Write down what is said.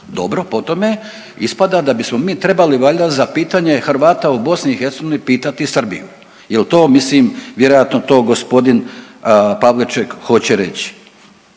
Dobro, po tome ispada da bismo mi trebali valjda za pitanje Hrvata u BiH pitati Srbiju. Jel to mislim, vjerojatno to gospodin Pavliček hoće reći.